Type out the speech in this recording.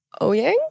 Oyang